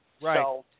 Right